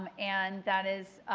um and that is,